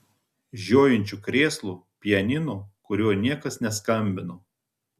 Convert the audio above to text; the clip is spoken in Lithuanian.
žiojinčių krėslų pianino kuriuo niekas neskambino